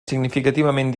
significativament